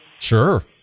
Sure